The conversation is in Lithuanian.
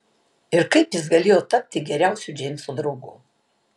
ir kaip jis galėjo tapti geriausiu džeimso draugu